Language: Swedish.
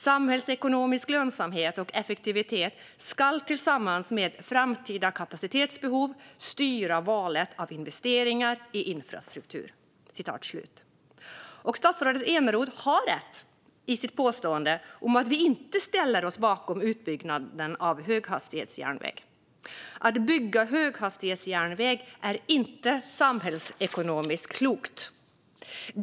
Samhällsekonomisk lönsamhet och effektivitet ska tillsammans med framtida kapacitetsbehov styra valet av investeringar i infrastruktur. Statsrådet Eneroth har rätt i sitt påstående om att vi inte ställer oss bakom utbyggnaden av höghastighetsjärnväg. Att bygga höghastighetsjärnväg är inte samhällsekonomiskt klokt.